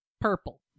purple